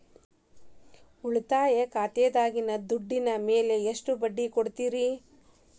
ಉಳಿತಾಯ ಖಾತೆದಾಗಿನ ದುಡ್ಡಿನ ಮ್ಯಾಲೆ ಎಷ್ಟ ಬಡ್ಡಿ ಕೊಡ್ತಿರಿ?